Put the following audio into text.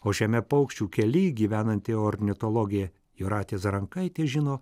o šiame paukščių kely gyvenanti ornitologė jūratė zarankaitė žino